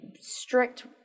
strict